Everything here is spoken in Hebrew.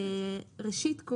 ראשית,